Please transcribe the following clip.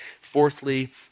Fourthly